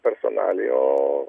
personalija o